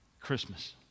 Christmas